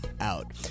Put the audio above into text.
out